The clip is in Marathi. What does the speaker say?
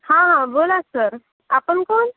हां हां बोला सर आपण कोण